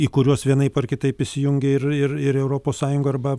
į kuriuos vienaip ar kitaip įsijungia ir ir ir europos sąjunga arba